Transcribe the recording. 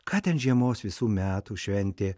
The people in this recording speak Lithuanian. ką ten žiemos visų metų šventė